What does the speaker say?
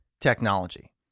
technology